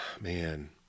Man